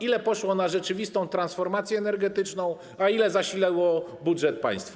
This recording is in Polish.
Ile poszło na rzeczywistą transformację energetyczną, a ile zasiliło budżet państwa?